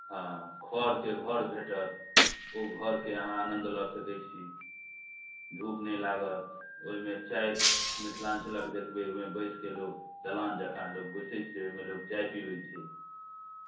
हँ खड़के घर भेटत ओ घरके अहाँ आनन्द लअ सकय छी धूप नहि लागत ओइमे चाय मिथिलाञ्चलक देखबय ओइमे बैसके लोक दलान जकाँ लोक बैसय छै ओइमे लोक चाय पीबय छै